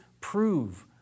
prove